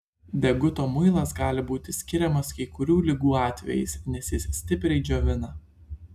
deguto muilas gali būti skiriamas kai kurių ligų atvejais nes jis stipriai džiovina